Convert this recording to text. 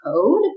code